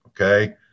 Okay